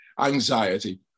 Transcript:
anxiety